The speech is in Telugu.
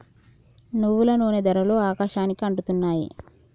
నువ్వుల నూనె ధరలు ఆకాశానికి అంటుతున్నాయి